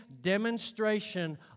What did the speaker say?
demonstration